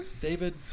David